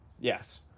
Yes